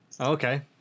Okay